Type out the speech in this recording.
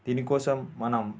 దీనికోసం మనం